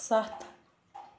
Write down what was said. سَتھ